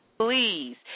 Please